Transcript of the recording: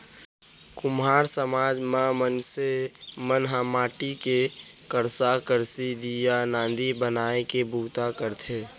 कुम्हार समाज म मनसे मन ह माटी के करसा, करसी, दीया, नांदी बनाए के बूता करथे